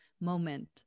moment